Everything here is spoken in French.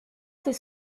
ces